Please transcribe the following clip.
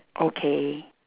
okay